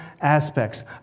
aspects